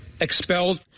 expelled